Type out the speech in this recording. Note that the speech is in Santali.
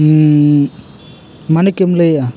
ᱢᱟᱹᱞᱤᱠ ᱮᱢ ᱞᱟᱹᱭᱮᱜᱼᱟ